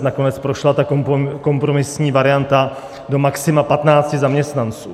Nakonec prošla ta kompromisní varianta do maxima 15 zaměstnanců.